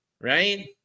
right